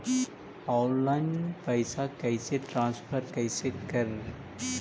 Online पैसा कैसे transfer कैसे कर?